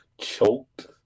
choked